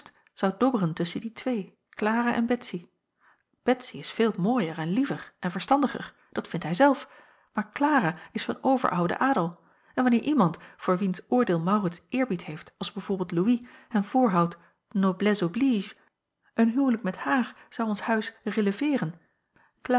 zou dobberen tusschen die twee klara en betsy betsy is veel mooier en liever en verstandiger dat vindt hij zelf maar klara is van overouden adel en wanneer iemand voor wiens oordeel maurits eerbied heeft als b v louis hem voorhoudt noblesse oblige een huwelijk met haar zou ons huis